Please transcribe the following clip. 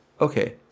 okay